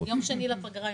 יום שני לפגרה,